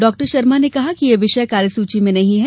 doctor Sharma ने कहा कि यह विषय कार्यसूची में नहीं है